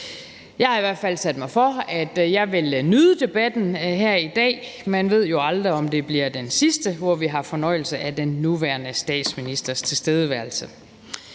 Jeg har i hvert fald sat mig for, at jeg vil nyde debatten her i dag, for man ved jo aldrig, om det bliver den sidste, hvor vi har fornøjelse af den nuværende statsministers tilstedeværelse.